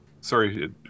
sorry